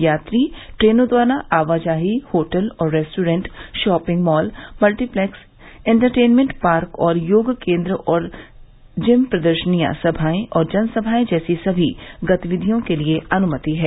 यात्री ट्रेनों द्वारा आवाजाही होटल और restaurant shopping mall multiplex entertainment park और योग केंद्र और जिम प्रदर्शनियां सभाएं और जनसभाएं जैसी सभी गतिविधियों के लिए अनुमति हैं